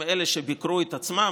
הם אלה שביקרו את עצמם,